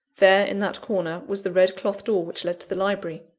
there, in that corner, was the red cloth door which led to the library.